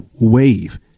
wave